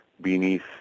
beneath